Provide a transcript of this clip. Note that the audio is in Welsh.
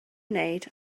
wneud